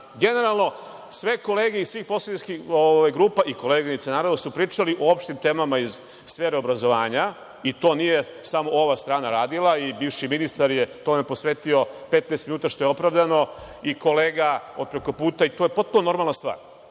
amandmani. Generalno, sve kolege iz svih poslaničkih grupa i koleginice su pričali o opštim temama iz sfere obrazovanja i to nije samo ova strana radila, i bivši ministar je tome posvetio 15 minuta, što je opravdano, i kolega od preko puta i to je potpuno normalna stvar.